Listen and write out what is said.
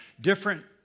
Different